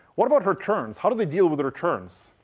what about returns? how do they deal with the returns?